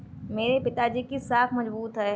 मेरे पिताजी की साख मजबूत है